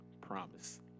Promise